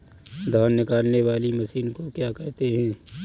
धान निकालने वाली मशीन को क्या कहते हैं?